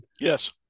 Yes